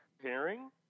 pairing